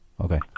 Okay